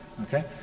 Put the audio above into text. Okay